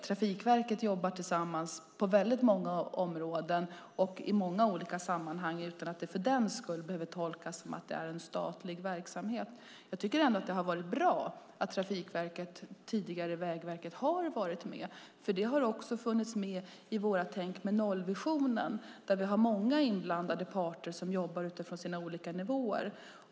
Trafikverket har här ett samarbete på väldigt många områden och i många olika sammanhang utan att verksamheten för den skull behöver tolkas som statlig verksamhet. Jag tycker att det är bra att Trafikverket - tidigare Vägverket - har varit med. Det här har funnits med i vårt tänk om nollvisionen i trafiken. Många inblandade parter jobbar utifrån sina olika nivåer.